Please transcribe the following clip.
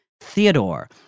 Theodore